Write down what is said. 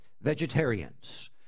vegetarians